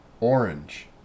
Orange